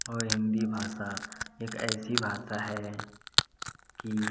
और हिन्दी भाषा एक ऐसी भाषा है कि